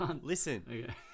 listen